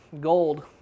gold